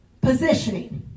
positioning